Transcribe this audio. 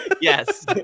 yes